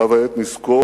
ובה בעת נזכור